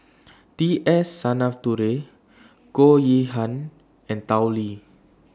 T S Sinnathuray Goh Yihan and Tao Li